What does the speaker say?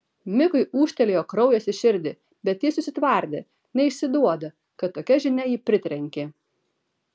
mikui ūžtelėjo kraujas į širdį bet jis susitvardė neišsiduoda kad tokia žinia jį pritrenkė